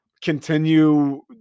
continue